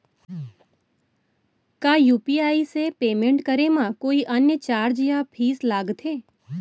का यू.पी.आई से पेमेंट करे म कोई अन्य चार्ज या फीस लागथे?